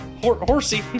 Horsey